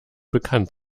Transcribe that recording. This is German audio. bekannt